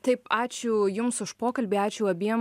taip ačiū jums už pokalbį ačiū abiem